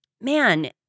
Man